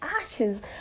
ashes